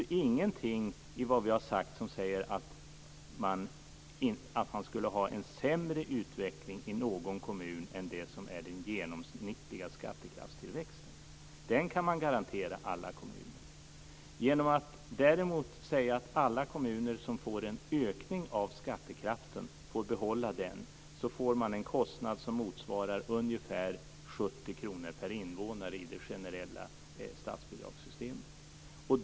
Vi har inte sagt att man skulle ha en sämre utveckling i någon kommun än det som är den genomsnittliga skattekraftstillväxten. Den kan man garantera alla kommuner. Om alla kommuner som får en ökning av skattekraften får behålla den blir det däremot en kostnad som motsvarar ungefär 70 kr per invånare i det generella statsbidragssystemet.